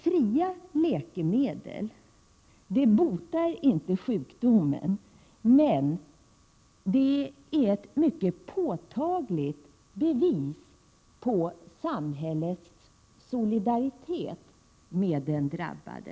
Fria läkemedel botar inte sjukdomen, men är ett mycket påtagligt bevis för samhällets solidaritet med den drabbade.